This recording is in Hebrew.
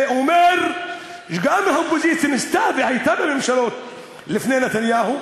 זה אומר שגם האופוזיציה ניסתה והייתה בממשלות לפני נתניהו,